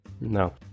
No